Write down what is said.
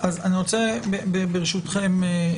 ברשותכם,